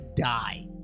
die